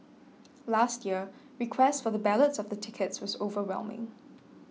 last year request for the ballots of the tickets was overwhelming